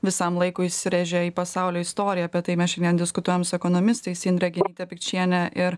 visam laikui įsirėžė į pasaulio istoriją apie tai mes šiandien diskutuojam su ekonomistais indre genyte pikčiene ir